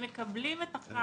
הם מקבלים את הכרעתנו.